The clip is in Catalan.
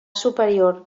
superior